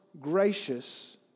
gracious